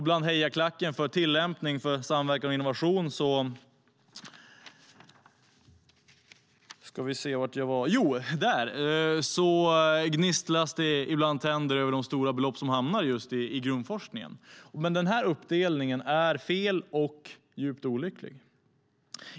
Bland hejarklacken för tillämpning, samverkan och innovation gnisslas det ibland tänder över de stora belopp som hamnar just i grundforskningen. Men denna uppdelning är fel och djupt olycklig.